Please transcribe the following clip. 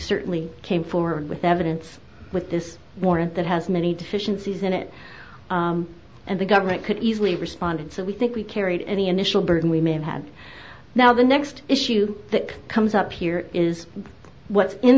certainly came forward with evidence with this warrant that has many deficiencies in it and the government could easily responded so we think we carried any initial burden we may have had now the next issue that comes up here is what's in